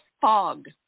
fog